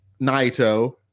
Naito